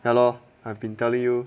ya lor I've been telling you